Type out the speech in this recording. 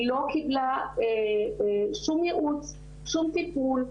היא לא קיבלה שום יעוץ, שום טיפול,